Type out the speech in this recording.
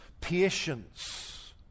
patience